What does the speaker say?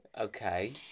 Okay